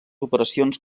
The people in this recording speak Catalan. operacions